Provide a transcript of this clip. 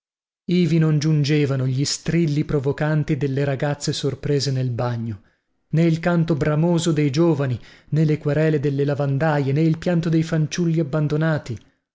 ivi non giungevano gli strilli provocanti delle ragazze sorprese nel bagno nè il canto bramoso dei giovani nè le querele delle lavandaie nè il pianto dei fanciulli abbandonati